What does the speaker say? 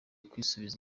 kwisubiza